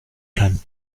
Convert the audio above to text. kann